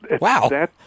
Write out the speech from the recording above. Wow